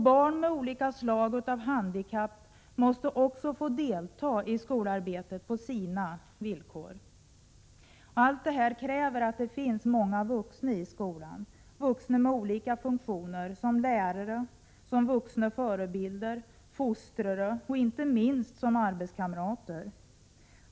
Barn med olika slag av handikapp måste också få delta i skolarbetet på sina villkor. Allt det här kräver att det finns många vuxna i skolan, vuxna med olika funktioner — som lärare, som vuxna förebilder, som fostrare och inte minst som arbetskamrater.